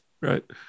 right